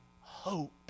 hope